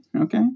okay